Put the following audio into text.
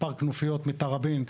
מספר כנופיות מתראבין,